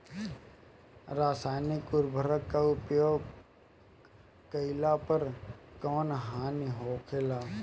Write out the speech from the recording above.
रसायनिक उर्वरक के उपयोग कइला पर कउन हानि होखेला?